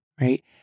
right